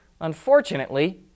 unfortunately